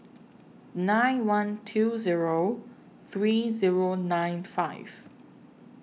nine one two Zero three Zero nine five